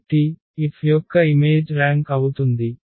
కాబట్టి F యొక్క image rank అవుతుంది